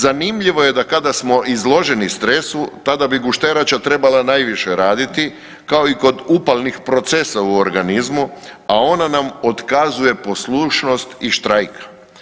Zanimljivo je da kada smo izloženi stresu tada bi gušterača najviše raditi kao i kod upalnih procesa u organizmu, a ona nam otkazuje poslušnost i štrajka.